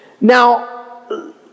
Now